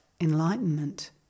enlightenment